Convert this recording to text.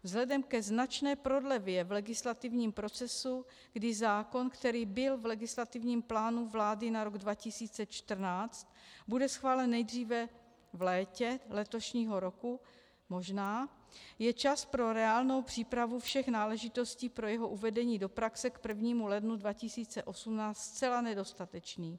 Vzhledem ke značné prodlevě v legislativním procesu, kdy zákon, který byl v legislativním plánu vlády na rok 2014, bude schválen nejdříve v létě letošního roku, možná, je čas pro reálnou přípravu všech náležitostí pro jeho uvedení do praxe k 1. lednu 2018 zcela nedostatečný.